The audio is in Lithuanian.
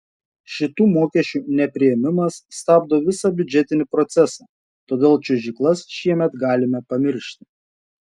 šitų mokesčių nepriėmimas stabdo visą biudžetinį procesą todėl čiuožyklas šiemet galime pamiršti